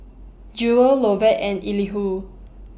Jewel Lovett and Elihu